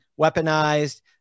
weaponized